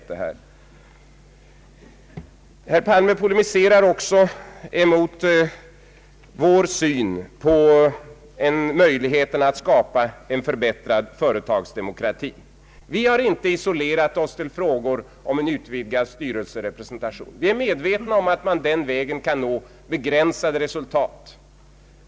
Herr Palme polemiserar också mot vår syn på möjligheterna att skapa en förbättrad företagsdemokrati. Vi har inte isolerat oss till frågor om en ut vidgad styrelserepresentation. Vi är medvetna om att man den vägen kan nå begränsade resultat.